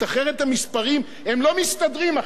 המספרים לא מסתדרים אחרת.